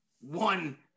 One